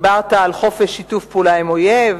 דיברת על חופש לשיתוף פעולה עם אויב,